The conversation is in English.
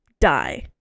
die